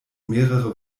mehrere